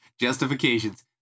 Justifications